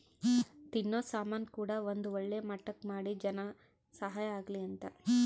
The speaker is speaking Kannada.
ತಿನ್ನೋ ಸಾಮನ್ ಕೂಡ ಒಂದ್ ಒಳ್ಳೆ ಮಟ್ಟಕ್ ಮಾಡಿ ಜನಕ್ ಸಹಾಯ ಆಗ್ಲಿ ಅಂತ